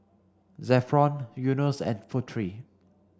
Zafran Yunos and Putri